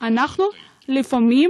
לפעמים